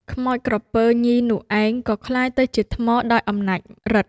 ខ្មោចក្រពើញីនោះឯង ក៏ក្លាយទៅជាថ្មដោយអំណាចឫទ្ធិ ។